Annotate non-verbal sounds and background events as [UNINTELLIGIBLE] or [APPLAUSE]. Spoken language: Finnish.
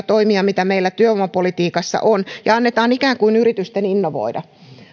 [UNINTELLIGIBLE] toimia mitä meillä työvoimapolitiikassa on ja annetaan ikään kuin yritysten innovoida